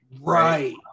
Right